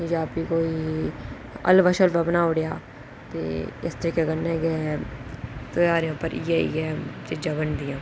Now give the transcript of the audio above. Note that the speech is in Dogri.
जां प्ही कोई हल्वा शल्वा बनाऊड़ेआ ते इस तरीके कन्नै गै ध्यारें उप्पर इ'यै इ'यै चीजां बनदियां